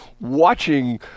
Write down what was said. watching